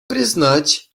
признать